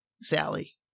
Sally